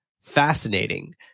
fascinating